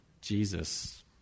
Jesus